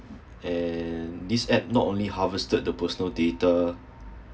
and this app not only harvested the personal data